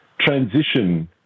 transition